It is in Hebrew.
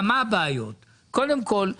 כמה בעיות: קודם כל,